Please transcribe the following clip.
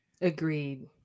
Agreed